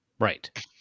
Right